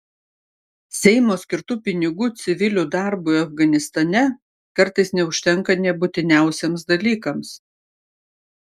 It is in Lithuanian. seimo skirtų pinigų civilių darbui afganistane kartais neužtenka nė būtiniausiems dalykams